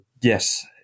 yes